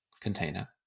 container